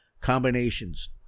combinations